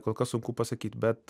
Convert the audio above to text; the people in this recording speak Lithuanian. kol kas sunku pasakyt bet